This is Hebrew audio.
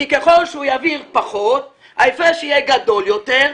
כי ככל שהוא יעביר פחות ההפרש יהיה גדול יותר,